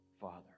Father